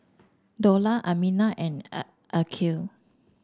Dollah Aminah and Aqil